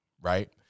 right